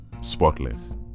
spotless